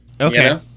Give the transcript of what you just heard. Okay